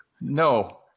No